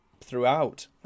throughout